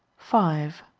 five.